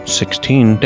sixteen